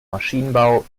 maschinenbau